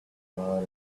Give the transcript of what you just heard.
far